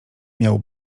miał